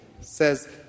says